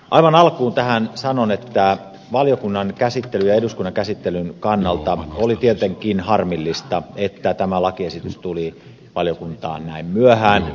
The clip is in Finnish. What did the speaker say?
aivan alkuun tähän sanon että valiokunnan käsittelyn ja eduskunnan käsittelyn kannalta oli tietenkin harmillista että tämä lakiesitys tuli valiokuntaan näin myöhään